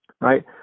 right